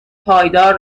پایدار